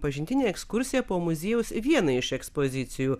pažintinę ekskursiją po muziejaus vieną iš ekspozicijų